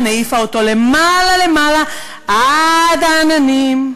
העיפה אותו למעלה-למעלה עד העננים.